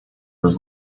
was